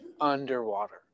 underwater